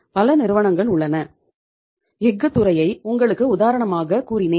பல நிறுவனங்கள் உள்ளன எஃகு துறையை உங்களுக்கு உதாரணமாக கூறினேன்